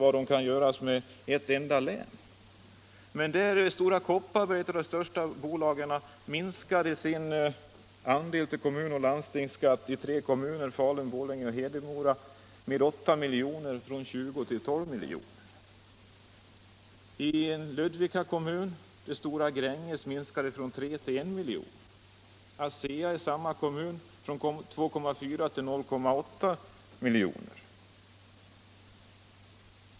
Stora Kopparberg, ett av de allra största bolagen, minskade sin skatteandel till kommun och landsting i tre kommuner — Falun, Borlänge och Hedemora —- med 8 milj.kr., från 20 milj.kr. till 12 milj.kr. Gränges AB i Ludvika minskade sin skatt från 3 milj.kr. till I milj.kr. och ASEA i samma kommun från 2,4 milj.kr. till 0,8 milj.kr.